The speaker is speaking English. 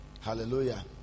Hallelujah